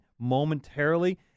momentarily